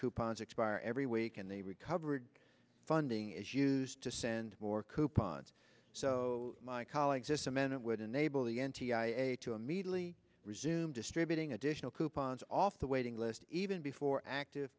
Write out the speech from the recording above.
coupons expire every week and they recovered funding is used to send more coupons so my colleagues and cement would enable the n t i a to immediately resume distributing additional coupons off the waiting list even before active